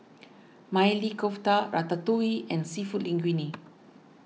Maili Kofta Ratatouille and Seafood Linguine